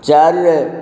ଚାରିରେ